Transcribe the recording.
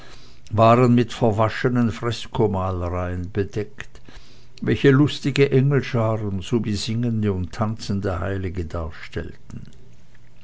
waren mit verwaschenen freskomalereien bedeckt welche lustige engelscharen sowie singende und tanzende heilige darstellten